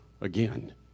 again